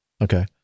Okay